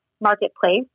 marketplace